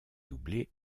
doublé